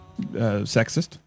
sexist